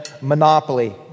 Monopoly